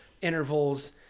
intervals